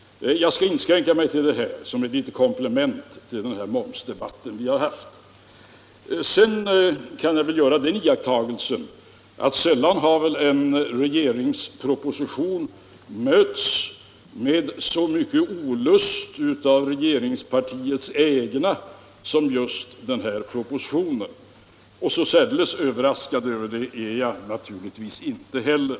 Jag skall inskränka mig till dessa synpunkter som komplement till den momsdebatt som har förts. Låt mig sedan göra den iakttagelsen att en regeringsproposition sällan mötts med så mycket av olust inom regeringspartiets egna led som just denna proposition. Så särdeles överraskad över det är jag naturligtvis inte heller.